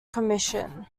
commission